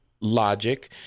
logic